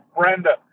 Brenda